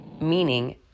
meaning